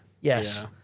Yes